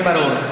זה ברור.